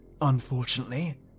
Unfortunately